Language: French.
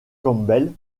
campbell